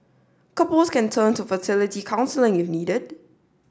couples can turn to fertility counselling if needed